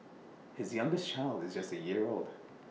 his youngest child is just A year old